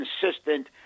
consistent